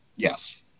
Yes